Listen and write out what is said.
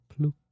Ploop